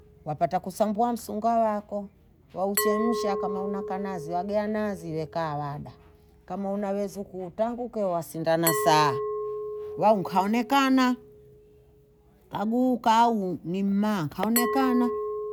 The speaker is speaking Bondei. wapata kusambua msunga wako, wauchemsha kama una kanazi wagea nazi wekaa wada kama unawezi uutanguke wasindanasaa, waunkanenkaha aguu kau ni mma kaonekana.